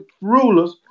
rulers